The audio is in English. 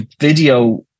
video